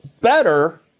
better